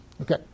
Okay